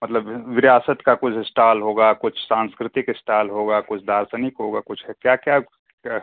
मतलब विरासत का कुछ इस्टाल होगा कुछ सांस्कृतिक इस्टाल कुछ दार्शनिक होगा कुछ है क्या क्या